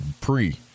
pre-